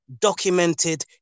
documented